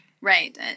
Right